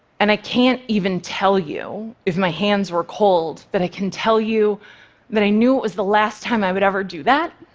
and i can't even tell you if my hands were cold, but i can tell you that i knew it was the last time i would ever do that.